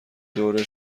دوره